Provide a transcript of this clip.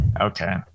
Okay